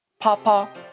Papa